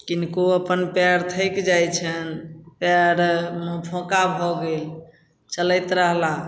किनको अपन पाएर थाकि जाइ छनि पाएरमे फोका भऽ गेल चलैत रहलाह